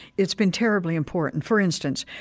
it's been terribly important. for instance,